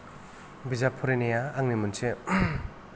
बिजाब फरायनाया आंनि मोनसे